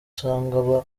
usanga